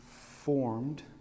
formed